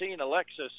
Alexis